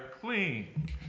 clean